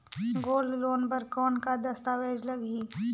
Gold loan बर कौन का दस्तावेज लगही?